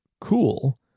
cool